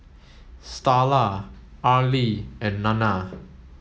Starla Arlie and Nanna